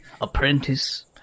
Apprentice